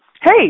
hey